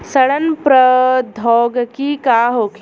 सड़न प्रधौगकी का होखे?